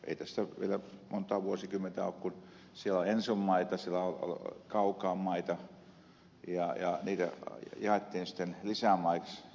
ei tästä vielä montaa vuosikymmentä ole kun siellä oli enson maita siellä oli kaukaan maita ja niitä jaettiin sitten lisämaiksi